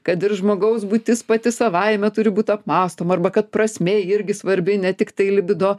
kad ir žmogaus būtis pati savaime turi būt apmąstoma arba kad prasmė irgi svarbi ne tiktai libido